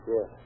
Yes